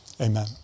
Amen